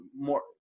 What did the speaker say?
more